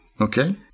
Okay